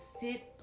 sit